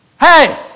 Hey